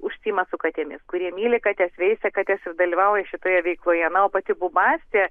užsiima su katėmis kurie myli kates veisia kates ir dalyvauja šitoje veikloje na o pati bubastė